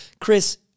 Chris